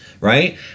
right